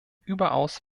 überaus